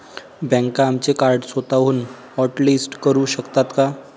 बँका आमचे कार्ड स्वतःहून हॉटलिस्ट करू शकतात का?